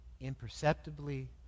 imperceptibly